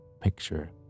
picture